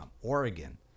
Oregon